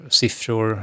siffror